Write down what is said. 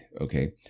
okay